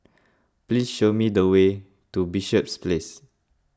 please show me the way to Bishops Place